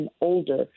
older